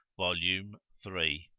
volume three